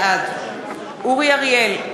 בעד אורי אריאל,